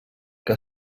que